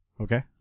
Okay